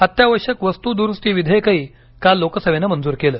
अत्यावश्यक वस्तू द्रुस्ती विधेयकही काल लोकसभेनं मंजूर केलं